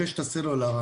ברשת הסלולר.